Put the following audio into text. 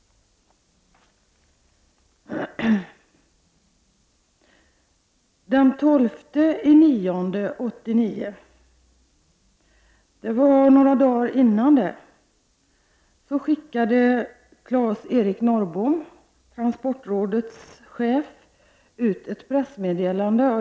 Den 12 september 1989 — det var några dagar innan — skickade Claes-Eric Norrbom, Transportrådets chef, ut ett pressmeddelande.